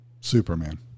Superman